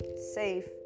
safe